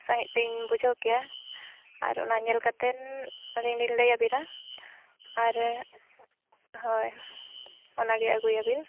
ᱥᱟᱺᱦᱤᱡ ᱞᱤᱧ ᱵᱩᱡᱷᱟᱹᱣ ᱠᱮᱭᱟ ᱟᱨ ᱚᱱᱟ ᱧᱮᱞ ᱠᱟᱛᱮᱱ ᱟᱹᱞᱤᱧ ᱞᱤᱧ ᱞᱟᱹᱭᱟᱵᱮᱱᱟ ᱟᱨ ᱦᱳᱭ ᱚᱱᱟᱜᱮ ᱟᱹᱜᱩᱭᱟᱵᱤᱱ